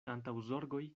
antaŭzorgoj